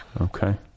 Okay